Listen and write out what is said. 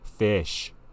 Fish